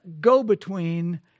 go-between